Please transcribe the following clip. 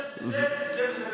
אותי זה מספק.